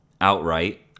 outright